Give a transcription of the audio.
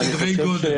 סדרי גודל.